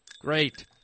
Great